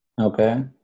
Okay